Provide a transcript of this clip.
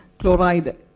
chloride